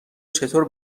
چطور